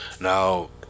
now